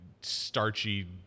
starchy